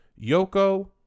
Yoko